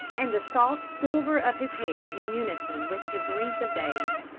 and the soft silver of his hair in unison with his length of days.